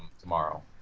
tomorrow